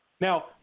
Now